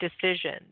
decisions